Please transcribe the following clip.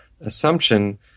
assumption